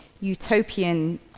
utopian